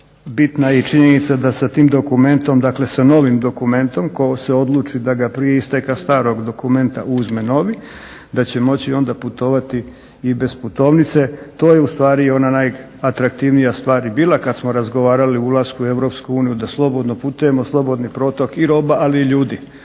tim dokumentom, dakle sa novim dokumentom tko se odluči da ga prije isteka starog dokumenta uzme novi, da će moći onda putovati i bez putovnica. To je ustvari ona najatraktivnija stvar i bila kad smo razgovarali o ulasku u Europsku uniju da slobodno putujemo, slobodni protok i roba, ali i ljudi.